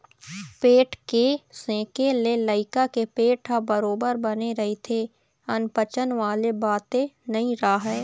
पेट के सेके ले लइका के पेट ह बरोबर बने रहिथे अनपचन वाले बाते नइ राहय